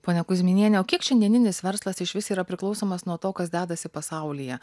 ponia kuzminiene o kiek šiandieninis verslas išvis yra priklausomas nuo to kas dedasi pasaulyje